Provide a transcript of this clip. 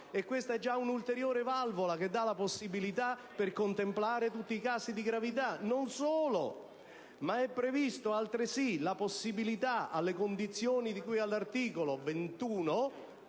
Questa è già un'ulteriore valvola che assicura la possibilità di contemplare tutti i casi di gravità. È altresì prevista la possibilità, alle condizioni di cui all'articolo 21,